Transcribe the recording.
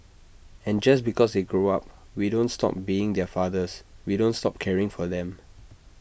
and just because they grow up we don't stop being their fathers we don't stop caring for them